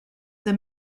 the